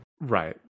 Right